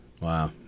Wow